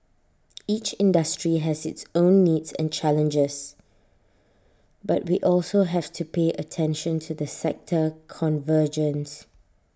each industry has its own needs and challenges but we also have to pay attention to the sector convergence